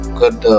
good